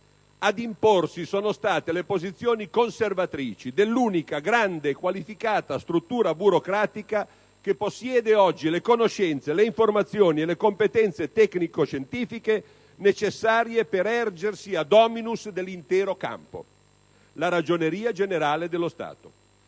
ad imporsi sono state le posizioni conservatrici dell'unico grande, qualificato apparato burocratico che possiede oggi le conoscenze, le informazioni e le competenze tecnico-scientifiche necessarie per ergersi a *dominus* dell'intero campo: la Ragioneria generale dello Stato.